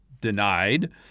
denied